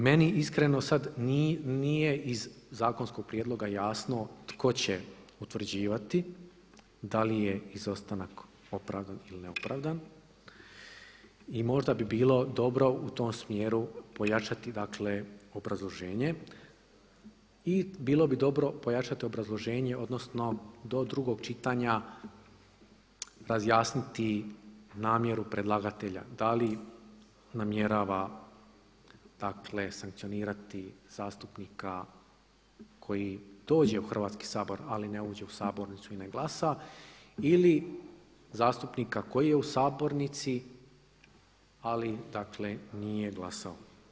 Meni iskreno sad nije iz zakonskog prijedloga jasno tko će utvrđivati da li je izostanak opravdan ili neopravdan i možda bi bilo dobro u tom smjeru pojačati dakle obrazloženje i bilo bi dobro pojačati obrazloženje odnosno do drugog čitanja razjasniti namjeru predlagatelja da li namjerava dakle sankcionirati zastupnika koji dođe u Hrvatski sabor ali ne uđe u sabornicu i ne glasa ili zastupnika koji je u sabornici ali dakle nije glasao.